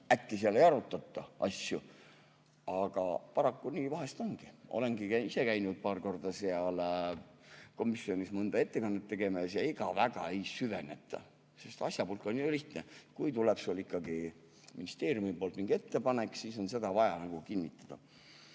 äkki seal ei arutatagi asju. Paraku nii vahest ongi, olen ise käinud paar korda seal komisjonis mõnda ettekannet tegemas ja ega väga ei süveneta. Sest asjapulk on ju lihtne: kui tuleb ikkagi ministeeriumi poolt mingi ettepanek, siis on see vaja nagu kinnitada.